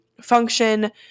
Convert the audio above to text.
function